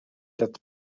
that